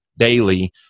Daily